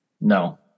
No